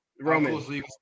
roman